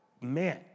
man